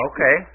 Okay